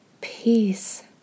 peace